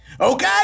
okay